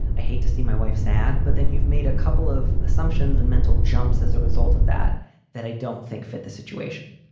i hate to see my wife sad, but then you've made a couple of assumptions and mental jumps as a result of that that i don't think fit the situation.